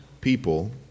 people